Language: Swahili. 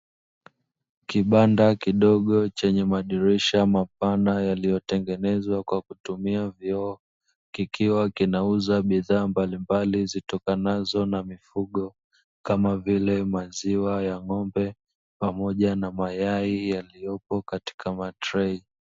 Kibanda kidogo chenye madirisha mapana yaliyotengenezwa kwa kutumia vioo kikiwa kinauza bidhaa mbalimbali zitokanazo na mifugo kama vile maziwa ya ng`ombe pamoja na mayai yaliyopo katika matrei.